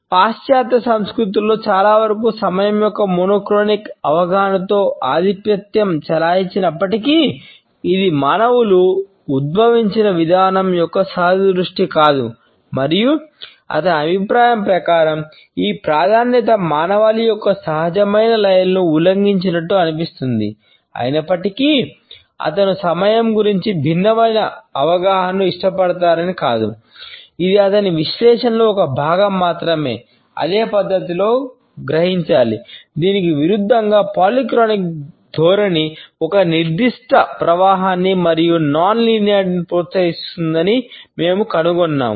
hall ప్రోత్సహిస్తుందని మేము కనుగొన్నాము